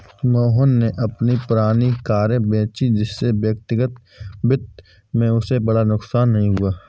मोहन ने अपनी पुरानी कारें बेची जिससे व्यक्तिगत वित्त में उसे बड़ा नुकसान नहीं हुआ है